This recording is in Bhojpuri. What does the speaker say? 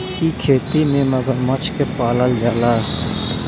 इ खेती में मगरमच्छ के पालल जाला